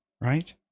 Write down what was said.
Right